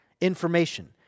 information